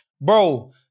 bro